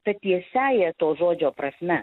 ta tiesiąja to žodžio prasme